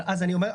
אבל אז אני אומר,